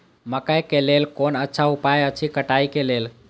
मकैय के लेल कोन अच्छा उपाय अछि कटाई के लेल?